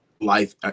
life